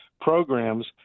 programs